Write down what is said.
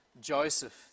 Joseph